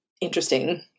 interesting